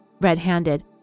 red-handed